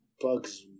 bugs